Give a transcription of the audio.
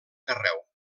carreu